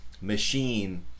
machine